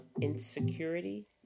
insecurity